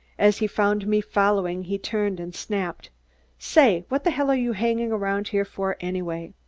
as he found me following, he turned and snapped say, what the hell are you hangin' around here for, anyway?